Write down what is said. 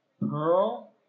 Pearl